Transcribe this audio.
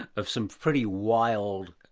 of some pretty wild,